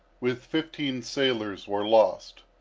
with fifteen sailors, were lost,